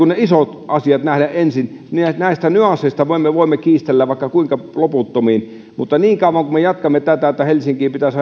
ne isot asiat nähdä ensin näistä nyansseista voimme kiistellä vaikka kuinka loputtomiin mutta se että me jatkamme tätä että helsinkiin tai pääkaupunkiseudulle pitäisi